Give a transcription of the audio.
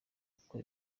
uko